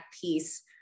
piece